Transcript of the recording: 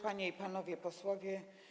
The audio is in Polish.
Panie i Panowie Posłowie!